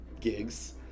gigs